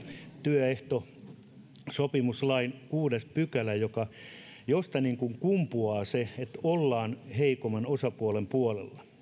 työehtosopimuslain kuudes pykälä josta kumpuaa se että ollaan heikomman osapuolen puolella